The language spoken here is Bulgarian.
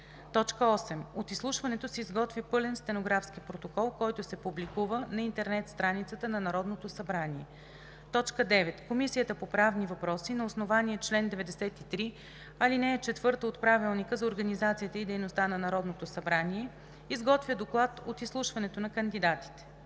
8. От изслушването се изготвя пълен стенографски протокол, който се публикува на интернет страницата на Народното събрание. 9. Комисията по правни въпроси на основание чл. 93, ал. 4 от Правилника за организацията и дейността на Народното събрание изготвя доклад от изслушването на кандидатите.